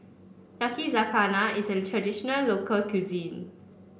Yakizakana is a traditional local cuisine